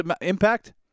impact